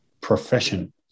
profession